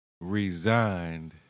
Resigned